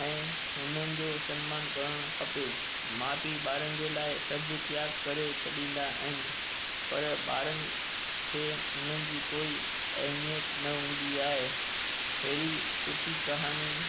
ऐं हुननि जो सन्मानु करणु खपे माउ पीउ ॿारनि जे लाइ सभु त्याग करे छॾींदा आहिनि पर ॿारनि खे हुननि जी कोई अहमियत न हूंदी आहे हेड़ी सुठी कहानी